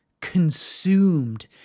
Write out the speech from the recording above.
consumed